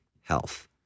health